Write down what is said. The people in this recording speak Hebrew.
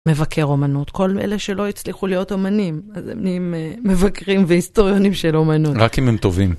מבקר אומנות, כל אלה שלא הצליחו להיות אומנים, אז הם נהיים מבקרים והיסטוריונים של אומנות. רק אם הם טובים.